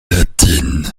latine